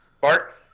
Bart